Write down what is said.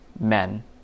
men